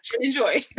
enjoy